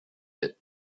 bit